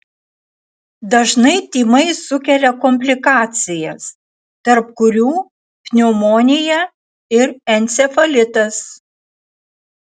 dažnai tymai sukelia komplikacijas tarp kurių pneumonija ir encefalitas